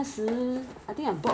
others sell Qooten